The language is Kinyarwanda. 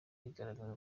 igaragaza